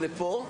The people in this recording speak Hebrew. או לפה,